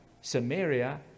Samaria